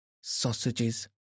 sausages